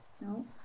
No